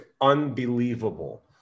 unbelievable